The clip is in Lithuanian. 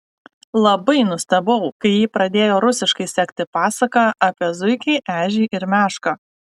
labai nustebau kai ji pradėjo rusiškai sekti pasaką apie zuikį ežį ir mešką